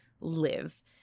live